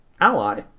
ally